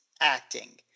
acting